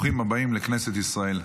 ברוכים הבאים לכנסת ישראל.